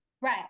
right